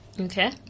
Okay